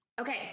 Okay